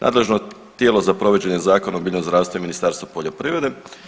Nadležno tijelo za provođenje Zakona o biljnom zdravstvu je Ministarstvo poljoprivrede.